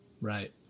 Right